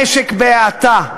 המשק בהאטה,